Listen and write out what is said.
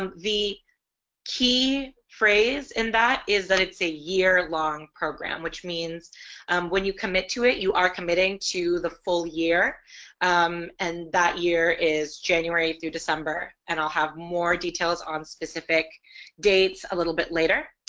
um the key phrase in that is that it's a year-long program which means when you commit to it you are committing to the full year and that year is january through december and i'll have more details on specific dates a little bit later.